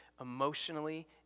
emotionally